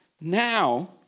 Now